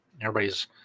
everybody's